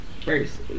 first